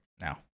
now